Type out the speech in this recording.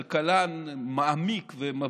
כלכלן מעמיק ומבריק,